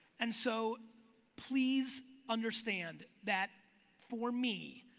and so please understand that for me,